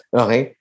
okay